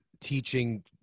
teaching